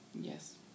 Yes